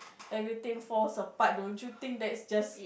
everything falls apart don't you think that's just